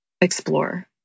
explore